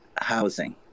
housing